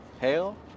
hail